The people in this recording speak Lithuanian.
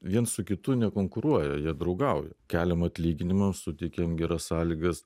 viens su kitu nekonkuruoja jie draugauja keliam atlyginimus sutikim geras sąlygas